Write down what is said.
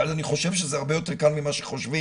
אבל אני חושב שזה הרבה יותר קל ממה שחושבים.